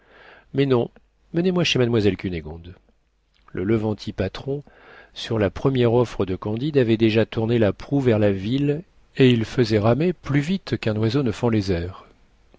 mais non menez-moi chez mademoiselle cunégonde le levanti patron sur la première offre de candide avait déjà tourné la proue vers la ville et il fesait ramer plus vite qu'un oiseau ne fend les airs